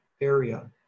area